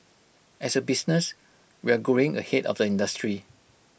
as A business we're growing ahead of the industry